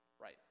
right